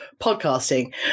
podcasting